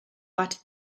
but